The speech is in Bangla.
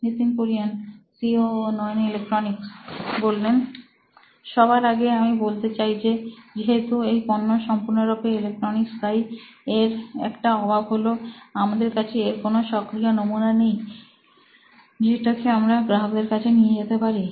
Nitin Kurian C O O electronics সবার আগে আমি বলতে চাই যে যেহেতু এই পণ্য সম্পূর্ণরূপে ইলেকট্রনিক্স তাই এর একটা অভাব হলো আমাদের কাছে এর কোন সক্রিয় নমুনা নেই যেটাকে আমরা গ্রাহকদের কাছে নিয়ে যেতে পারি